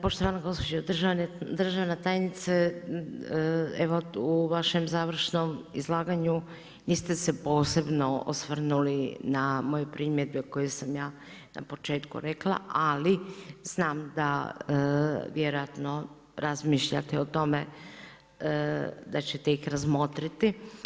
Poštovana gospođo državna tajnice, evo u vašem završnom izlaganju niste se posebno osvrnuli na moje primjedbe koje sam ja na početku rekla ali znam da vjerojatno razmišljate o tome da ćete ih razmotriti.